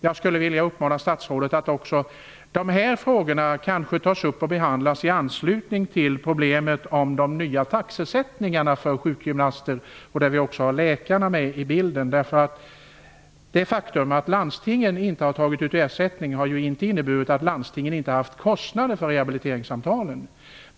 Jag skulle vilja uppmana statsrådet att ta upp och behandla dessa frågor i anslutning till problemet om de nya taxesättningarna för sjukgymnaster, där också läkarna är med i bilden. Det faktum att landstingen inte har tagit ut ersättning har ju inte inneburit att landstingen inte har haft kostnader för rehabiliteringssamtalen.